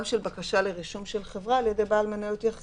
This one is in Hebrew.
של בקשה לרישום של חברה על-ידי בעל מניות יחיד.